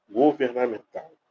governamental